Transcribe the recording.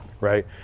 right